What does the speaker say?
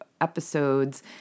episodes